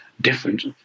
different